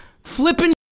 Flipping